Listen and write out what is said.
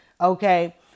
okay